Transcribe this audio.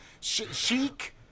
chic